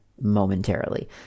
momentarily